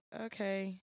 okay